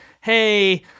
hey